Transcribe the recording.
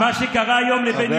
חשבתי